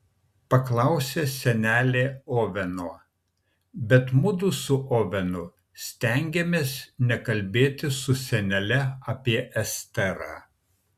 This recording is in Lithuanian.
paklausė senelė oveno bet mudu su ovenu stengėmės nekalbėti su senele apie esterą